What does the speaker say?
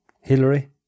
Hillary